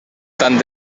tant